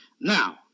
Now